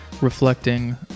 reflecting